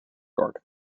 guard